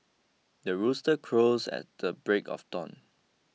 the rooster crows at the break of dawn